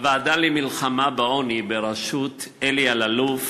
הוועדה למלחמה בעוני בראשות אלי אלאלוף